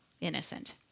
innocent